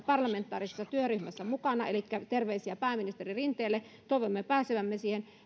parlamentaarisessa työryhmässä mukana elikkä terveisiä pääministeri rinteelle toivomme pääsevämme siihen